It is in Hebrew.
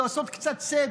לעשות קצת סדר,